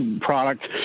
product